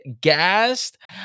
gassed